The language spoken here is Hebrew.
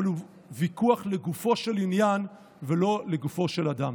אבל הוא ויכוח לגופו של עניין ולא לגופו של אדם.